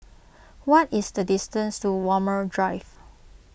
what is the distance to Walmer Drive